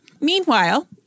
Meanwhile